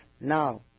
now